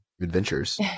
adventures